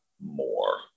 more